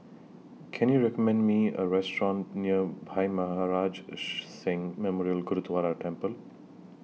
Can YOU recommend Me A Restaurant near Bhai Maharaj Singh Memorial Gurdwara Temple